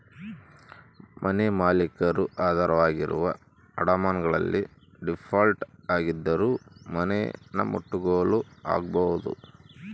ಮನೆಮಾಲೀಕರು ಆಧಾರವಾಗಿರುವ ಅಡಮಾನಗಳಲ್ಲಿ ಡೀಫಾಲ್ಟ್ ಆಗಿದ್ದರೂ ಮನೆನಮುಟ್ಟುಗೋಲು ಹಾಕ್ಕೆಂಬೋದು